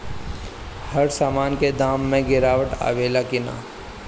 हर सामन के दाम मे गीरावट आवेला कि न?